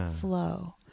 flow